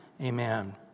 Amen